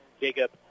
Jacob